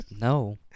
No